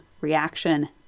reaction